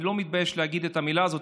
אני לא מתבייש להגיד את המילה הזאת,